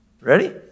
Ready